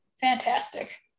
Fantastic